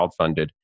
crowdfunded